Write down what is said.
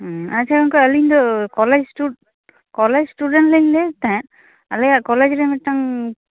ᱦᱩᱸ ᱟᱪᱪᱷᱟ ᱜᱚᱝᱠᱮ ᱟᱞᱤᱝ ᱫᱚ ᱠᱚᱞᱮᱡᱽ ᱤᱥᱴᱩ ᱠᱚᱞᱮᱡᱽ ᱥᱴᱩᱰᱮᱱᱴ ᱞᱤᱝ ᱞᱟ ᱭᱮᱫ ᱛᱟᱦᱮᱸᱫ ᱟᱞᱮᱭᱟᱜ ᱠᱚᱞᱮᱡᱽ ᱨᱮ ᱢᱤᱫᱴᱟᱝ